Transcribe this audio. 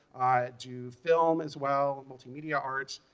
do film as well, multimedia arts.